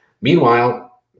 Meanwhile